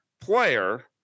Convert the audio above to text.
player